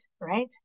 right